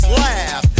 laugh